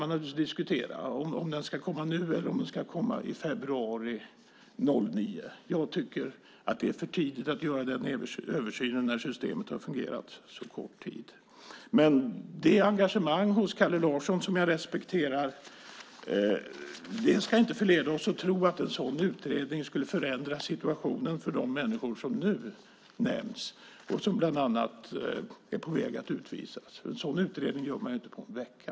Man kan diskutera om den ska komma nu eller i februari år 2009. Jag tycker att det är för tidigt att göra översynen när systemet har fungerat så kort tid. Men det engagemang hos Kalle Larsson, som jag respekterar, ska inte förleda oss att tro att en utredning skulle förändra situationen för de människor som nu nämnts och som är på väg att utvisas. En sådan utredning gör man inte på en vecka.